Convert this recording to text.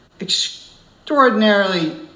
extraordinarily